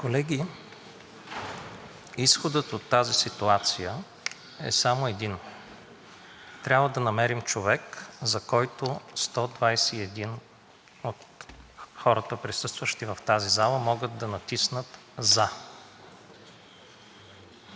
Колеги, изходът от тази ситуация е само един – трябва да намерим човек, за когото 121 от хората, присъстващи в тази зала, могат да натиснат „за“.